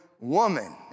woman